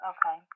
Okay